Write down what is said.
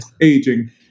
Aging